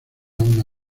una